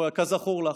כזכור לך.